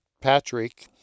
Patrick